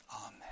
Amen